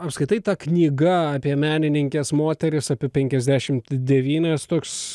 apskritai ta knyga apie menininkes moteris apie penkiasdešimt devynias toks